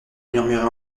murmurait